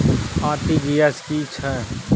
RTG S की है छै?